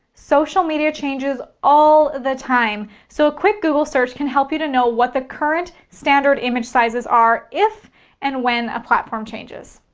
social media changes all the time, so a quick google search can help you to know what the current standard image sizes are if and when a platform changes.